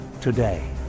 today